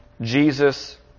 Jesus